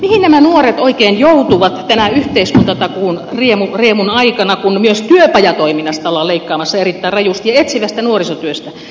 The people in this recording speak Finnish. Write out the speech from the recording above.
mihin nämä nuoret oikein joutuvat tänä yhteiskuntatakuun riemun aikana kun myös työpajatoiminnasta ollaan leikkaamassa erittäin rajusti ja etsivästä nuorisotyöstä